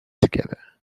together